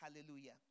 hallelujah